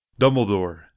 Dumbledore